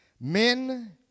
men